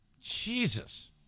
Jesus